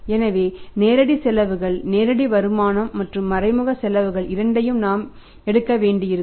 எனவே நேரடி செலவுகள் நேரடி வருமானம் மற்றும் மறைமுக செலவுகள் இரண்டையும் நாம் எடுக்க வேண்டியிருக்கும்